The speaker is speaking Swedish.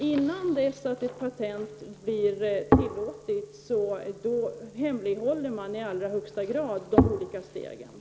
Innan ett patent beviljas hemlighålls de olika stegen i arbetet i allra högsta grad.